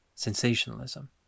sensationalism